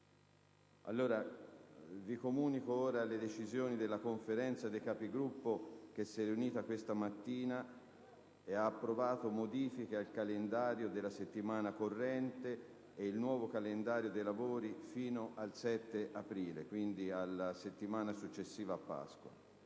Onorevoli colleghi, la Conferenza dei Capigruppo, riunitasi questa mattina, ha approvato modifiche al calendario della settimana corrente e il nuovo calendario dei lavori fino al 7 aprile, quindi fino alla settimana successiva a Pasqua.